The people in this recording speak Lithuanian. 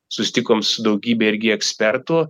susitikom su daugybe irgi ekspertų